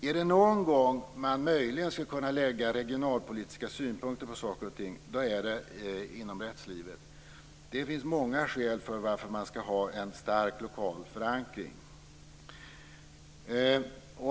Är det någon gång man möjligen skall kunna lägga regionalpolitiska synpunkter på saker och ting är det inom rättslivet. Det finns många skäl till att man skall ha en stark lokal förankring.